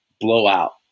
Blowout